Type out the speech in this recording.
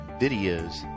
videos